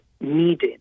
needed